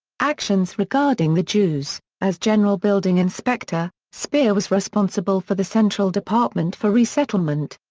actions regarding the jews as general building inspector, speer was responsible for the central department for resettlement.